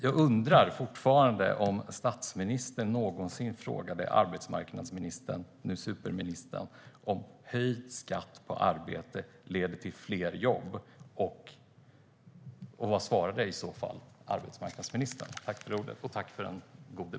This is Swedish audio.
Jag undrar fortfarande om statsministern någonsin frågade arbetsmarknadsministern, numera superministern, om höjd skatt på arbete leder till fler jobb och vad arbetsmarknadsministern i så fall svarade.